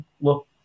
look